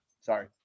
Sorry